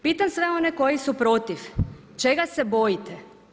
Pitam sve one koji su protiv čega se bojite?